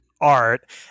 art